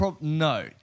No